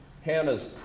Hannah's